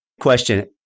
Question